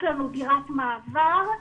יש לנו דירת מעבר.